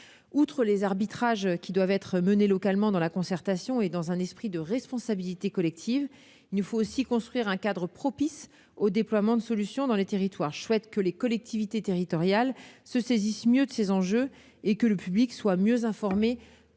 Outre les arbitrages qui doivent être menés localement, dans la concertation et dans un esprit de responsabilité collective, il nous faut aussi construire un cadre propice au déploiement de solutions dans les territoires. Je souhaite que les collectivités territoriales se saisissent mieux de ces enjeux et que le public en soit mieux informé.